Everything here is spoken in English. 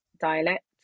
dialect